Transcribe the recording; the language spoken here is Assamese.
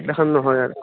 সেইদিনাখন নহয় আৰু